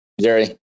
Jerry